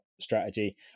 strategy